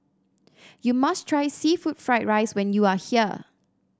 you must try seafood Fried Rice when you are here